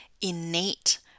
innate